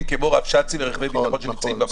כמו רבש"צים ורכבי ביטחון שנמצאים במקום.